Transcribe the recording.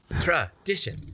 Tradition